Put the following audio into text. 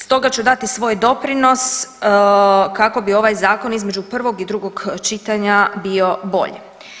Stoga ću dati svoj doprinos kako bi ovaj Zakon, između prvog i drugog čitanja bio bolji.